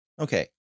okay